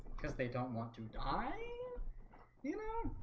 because they don't want to die you know,